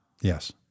Yes